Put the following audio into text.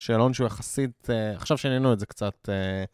שאלון שהוא יחסית, עכשיו שינינו את זה קצת.